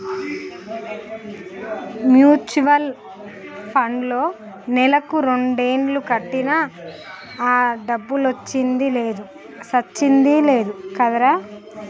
mutual పండ్లో నెలకు రెండేలు కట్టినా ఆ డబ్బులొచ్చింది లేదు సచ్చింది లేదు కదరా